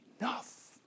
enough